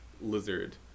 lizard